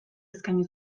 eskaini